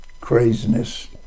craziness